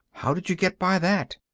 how did you get by that?